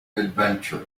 adventure